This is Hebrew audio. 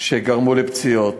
שגרמו לפציעות.